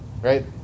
right